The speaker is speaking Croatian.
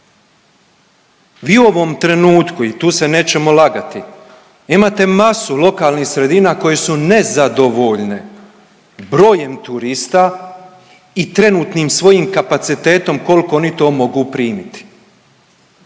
Vi u ovom trenutku i tu se nećemo lagati imate masu lokalnih sredina koje su nezadovoljne brojem turista i trenutnim svojim kapacitetom kolko oni to mogu primiti,